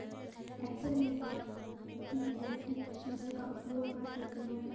Excel में आप PMT सूत्र का उपयोग कर सकते हैं